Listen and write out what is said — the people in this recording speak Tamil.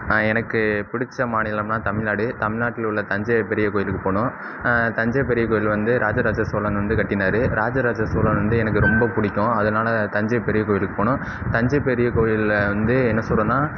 எனக்கு பிடிச்ச மாநிலம்னா தமிழ்நாடு தமிழ்நாட்டில் உள்ள தஞ்சை பெரிய கோவிலுக்கு போகணும் தஞ்சை பெரிய கோவில் வந்து ராஜராஜ சோழன் வந்து கட்டினார் ராஜராஜ சோழன் வந்து எனக்கு ரொம்ப பிடிக்கும் அதனால தஞ்சை பெரிய கோவிலுக்கு போகணும் தஞ்சை பெரிய கோவிலில் வந்து என்ன சொல்றேன்னா